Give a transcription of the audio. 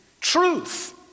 Truth